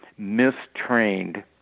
mistrained